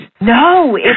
No